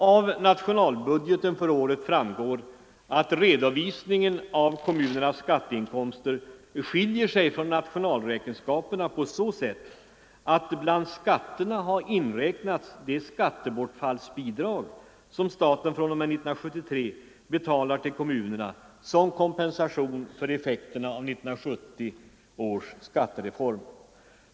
Av nationalbudgeten för året framgår att redovisningen av kommunernas skatteinkomster skiljer sig från nationalräkenskaperna på så sätt att bland skatterna har inräknats de skattebortfallsbidrag som staten fr.o.m. 1973 betalar till kommunerna som kompensation för effekterna av 1970 års skattereform.